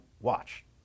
Watch